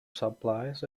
supplies